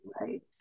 right